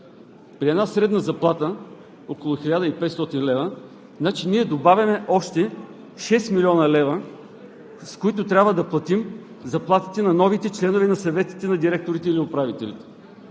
При една средна заплата около 1500 лв. ние добавяме още 6 млн. лв., с които трябва да платим заплатите на новите членове на съветите на директорите или управителите,